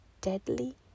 deadly